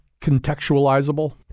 contextualizable